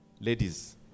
Ladies